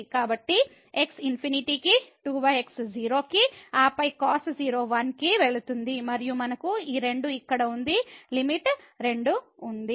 కాబట్టి x ∞ కి 2x 0 కి ఆపై cos0 1 కి వెళుతుంది మరియు మనకు ఈ 2 ఇక్కడ ఉంది లిమిట్ 2 ఉంది